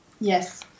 yes